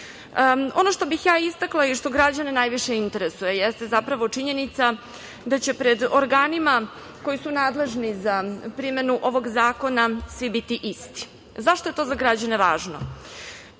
što bih ja istakla i što građane najviše interesuje jeste zapravo činjenica da će pred organima koji su nadležni za primenu ovog zakona svi biti isti. Zašto je to za građane važno?